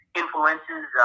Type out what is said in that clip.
influences